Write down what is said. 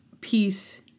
peace